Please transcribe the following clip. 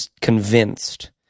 convinced